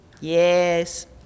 Yes